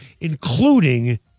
including